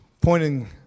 pointing